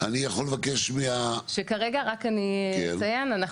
שכרגע רק אני אציין,